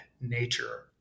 nature